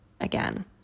again